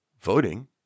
voting